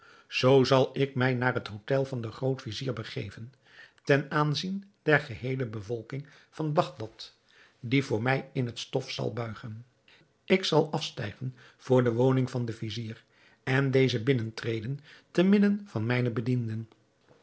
zoo zal ik mij naar het hôtel van den groot-vizier begeven ten aanzien der geheele bevolking van bagdad die voor mij in het stof zal buigen ik zal afstijgen voor de woning van den vizier en deze binnentreden te midden van mijne bedienden